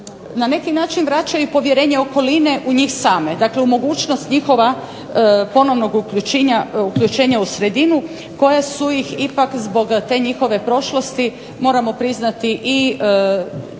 na neki način vraćaju i povjerenje okoline u njih same, dakle u mogućnost njihova ponovnog uključenja u sredinu, koja su ih ipak zbog te njihove prošlosti moramo priznati i